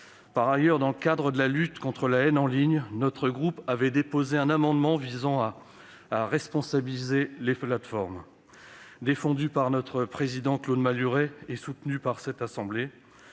Par ailleurs, dans le cadre de la lutte contre la haine en ligne, notre groupe avait déposé un amendement visant à responsabiliser les plateformes. Défendue par le président de notre groupe, Claude Malhuret, et soutenue par notre assemblée,